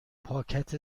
پاکت